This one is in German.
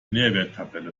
nährwerttabelle